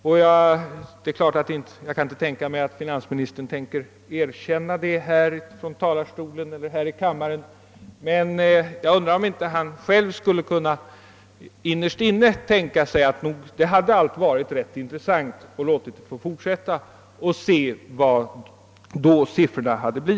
Jag kan inte tänka mig att finansministern tänker erkänna det här i kammaren, men jag undrar om han inte innerst inne tycker att det hade varit rätt intressant att låta försöket fortsätta och sedan studera siffrorna.